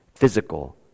physical